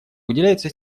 уделяется